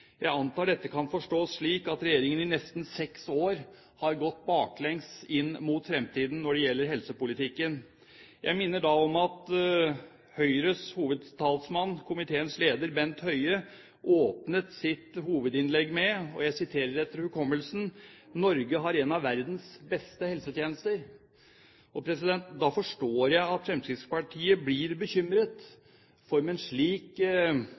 Jeg antar dette kan forstås slik at regjeringen i nesten seks år har gått baklengs inn mot fremtiden når det gjelder helsepolitikken. Jeg minner da om at Høyres hovedtalsmann, komitéleder Bent Høie, åpnet sitt hovedinnlegg med å si – og jeg siterer etter hukommelsen – at Norge har en av verdens beste helsetjenester. Da forstår jeg at Fremskrittspartiet blir bekymret. For med en slik